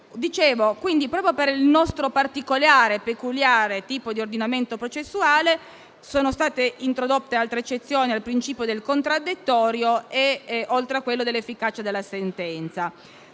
accedere. Quindi, proprio per il nostro particolare e peculiare ordinamento processuale sono state introdotte altre eccezioni al principio del contraddittorio, oltre a quello dell'efficacia della sentenza.